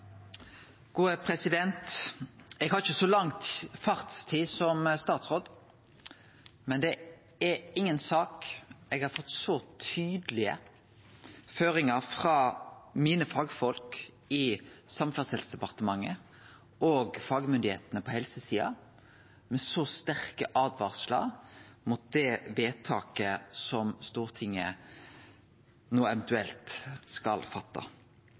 er inga sak eg har fått så tydelege føringar på, frå fagfolka mine i Samferdselsdepartementet og frå fagmyndigheitene på helsesida, som denne saka, med sterke åtvaringar mot det vedtaket Stortinget no eventuelt skal